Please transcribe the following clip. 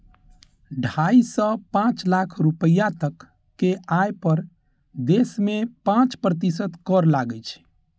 ढाइ सं पांच लाख रुपैया तक के आय पर देश मे पांच प्रतिशत कर लागै छै